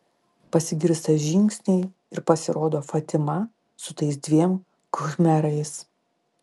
pasigirsta žingsniai ir pasirodo fatima su tais dviem khmerais